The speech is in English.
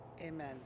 Amen